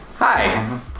Hi